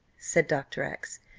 said dr. x.